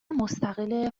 مستقل